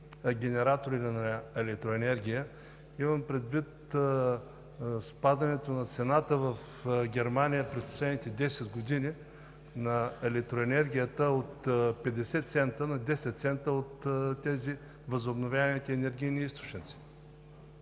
генератори на електроенергия. Имам предвид спадането на цената в Германия през последните 10 години на електроенергията – от 50 цента на 10 цента, от тези възобновяеми енергийни източници.